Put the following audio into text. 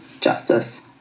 justice